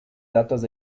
datos